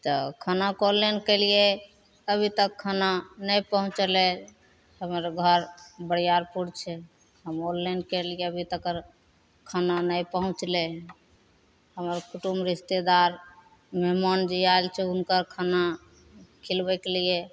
तऽ खाना ऑनलाइन कएलिए अभी तक खाना नहि पहुँचलै हमर घर बरियारपुर छै हम ऑनलाइन कएलिए अभी तक खाना नहि पहुँचलै हमर कुटुम्ब रिश्तेदार मेहमान जे आएल छै हुनका खाना खिलबैके लिए